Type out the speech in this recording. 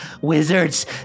Wizards